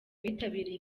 abitabiriye